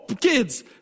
kids